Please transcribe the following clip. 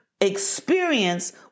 experience